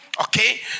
Okay